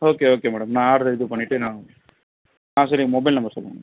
okay okay madam நான் ஆர்டரை இது பண்ணிவிட்டு நான் ஆ சரி மொபைல் நம்பர் சொல்லுங்கள்